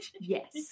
Yes